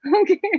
Okay